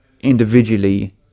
individually